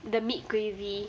the meat gravy